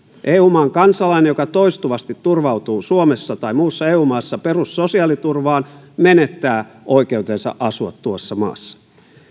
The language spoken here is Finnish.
eu maan kansalainen joka toistuvasti turvautuu suomessa tai muussa eu maassa perussosiaaliturvaan menettää oikeutensa asua tuossa maassa